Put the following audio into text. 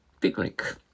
picnic